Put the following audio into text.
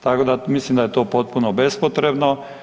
Tako da mislim da je to potpuno bespotrebno.